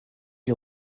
you